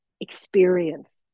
experience